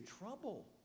trouble